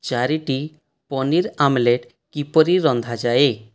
ଚାରୋଟି ପନିର ଆମଲେଟ୍ କିପରି ରନ୍ଧା ଯାଏ